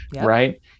right